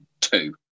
two